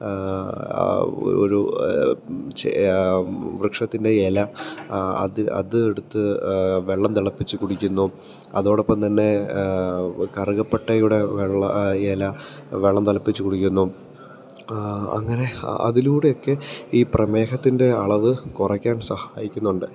ഒരു വൃക്ഷത്തിൻ്റെ ഇല അത് അതെടുത്ത് വെള്ളം തിളപ്പിച്ചുകുടിക്കുന്നു അതോടൊപ്പം തന്നെ കറുകപ്പട്ടയുടെ ഇല വെള്ളം തിളപ്പിച്ചുകുടിക്കുന്നു അങ്ങനെ അതിലൂടെയൊക്കെ ഈ പ്രമേഹത്തിൻ്റെ അളവ് കുറയ്ക്കാൻ സഹായിക്കുന്നുണ്ട്